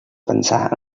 pensar